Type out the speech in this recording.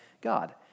God